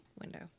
Window